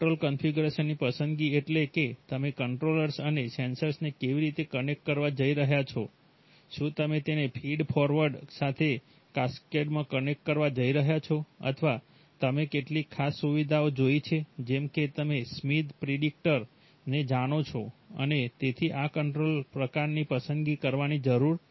control કન્ફિગરેશનની પસંદગી એટલે કે તમે કન્ટ્રોલર્સ અને સેન્સર્સને કેવી રીતે કનેક્ટ કરવા જઇ રહ્યા છો શું તમે તેને ફીડ ફોરવર્ડ ને જાણો છો અને તેથી આ કંટ્રોલર પ્રકારની પસંદગી કરવાની જરૂર છે